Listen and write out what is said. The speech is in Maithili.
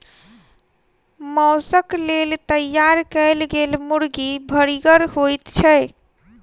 मौसक लेल तैयार कयल गेल मुर्गी भरिगर होइत छै